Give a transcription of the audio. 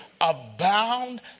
abound